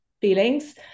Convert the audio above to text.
feelings